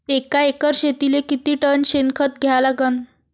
एका एकर शेतीले किती टन शेन खत द्या लागन?